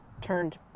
turned